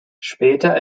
später